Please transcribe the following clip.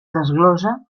desglossa